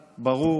ברור,